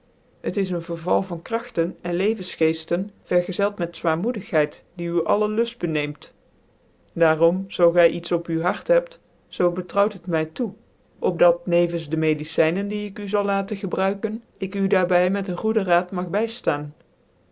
het is een verval van kragten cn lcvcnsgccftcn vcrzeld met zwaarmoedigheid die u alle luft beneemt daarom zoo gy iets op u hart hebt zoo betrouwt het my toe op dat nevens dc mcdicynen die ik u al laten gebruiken ik u daar by met een goede raad mag